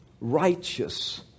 righteous